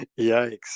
Yikes